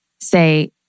say